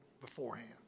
beforehand